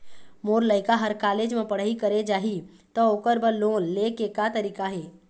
मोर लइका हर कॉलेज म पढ़ई करे जाही, त ओकर बर लोन ले के का तरीका हे?